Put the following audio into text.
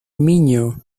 miño